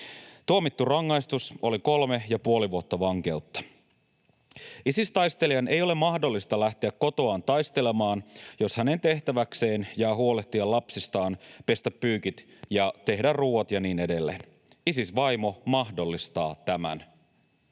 Tuomittu rangaistus oli 3,5 vuotta vankeutta. Isis-taistelijan ei ole mahdollista lähteä kotoaan taistelemaan, jos hänen tehtäväkseen jää huolehtia lapsista, pestä pyykit, tehdä ruuat ja niin edelleen. Isis-vaimo mahdollistaa tämän.